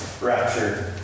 raptured